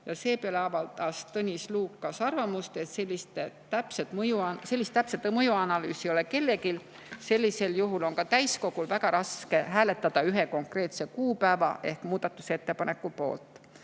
Seepeale avaldas Tõnis Lukas arvamust, et sellist täpset mõjuanalüüsi ei ole kellelgi. Sellisel juhul on ka täiskogul väga raske hääletada ühe konkreetse kuupäeva ehk muudatusettepaneku poolt.